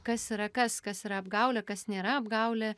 kas yra kas kas yra apgaulė kas nėra apgaulė